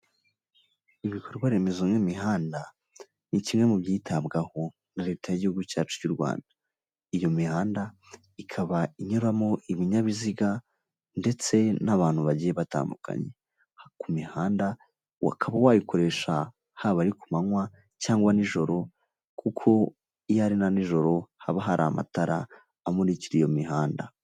Ibikorwa remezo nk'imihanda ni kimwe mu byitabwaho na leta y'igihugu cyacu cy'u Rwanda. Iyo mihanda ikaba inyuramo ibinyabiziga ndetse n'abantu bagiye batandukanye. Ku mihanda ukaba wayikoresha haba ari ku manywa cyangwa nijoro, kuko iyo ari na nijoro haba hari amatara amurikira iyo mihanda.